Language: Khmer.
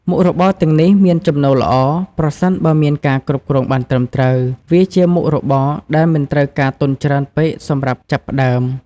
មុខរបរទាំងនេះមានចំណូលល្អ ប្រសិនបើមានការគ្រប់គ្រងបានត្រឹមត្រូវ វាជាមុខរបរដែលមិនត្រូវការទុនច្រើនពេកសម្រាប់ចាប់ផ្ដើម។